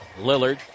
Lillard